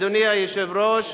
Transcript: אדוני היושב-ראש,